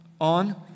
on